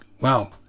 wow